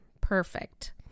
Perfect